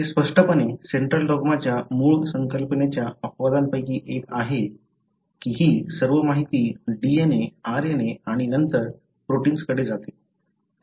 हे स्पष्टपणे सेंट्रल डॉग्माच्या मूळ संकल्पनेच्या अपवादांपैकी एक आहे की ही सर्व माहिती DNA RNA आणि नंतर प्रोटिन्स कडे जाते